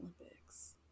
Olympics